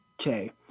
Okay